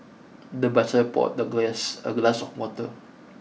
the butler poured the guest a glass of water